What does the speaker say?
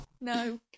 No